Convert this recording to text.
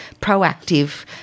proactive